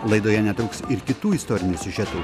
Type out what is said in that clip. laidoje netrūks ir kitų istorinių siužetų